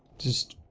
just,